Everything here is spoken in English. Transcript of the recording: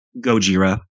gojira